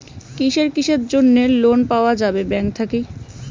কিসের কিসের জন্যে লোন পাওয়া যাবে ব্যাংক থাকি?